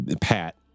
Pat